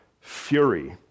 fury